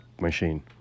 machine